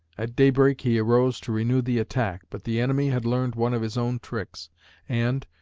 at daybreak he arose to renew the attack, but the enemy had learned one of his own tricks and,